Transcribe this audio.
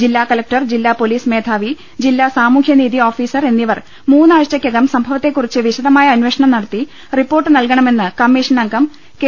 ജില്ലാ കളക്ടർ ജില്ലാ പോലീസ് മേധാവി ജില്ലാ സാമൂഹ്യനീതി ഓഫീസർ എന്നിവർ മൂന്നാഴ്ചക്കകം സംഭവത്തെ കുറിച്ച് വിശദമായ അന്വേഷണം നടത്തി റിപ്പോർട്ട് നൽകണമെന്ന് കമ്മീഷൻ അംഗം കെ